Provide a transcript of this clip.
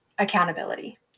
Accountability